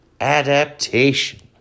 adaptation